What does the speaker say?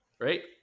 Right